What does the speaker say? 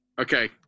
Okay